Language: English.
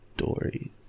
stories